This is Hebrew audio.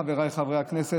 "חבריי חברי הכנסת",